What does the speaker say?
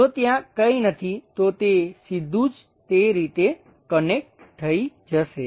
જો ત્યાં કંઈ નથી તો તે સીધું જ તે રીતે કનેક્ટ થઈ જશે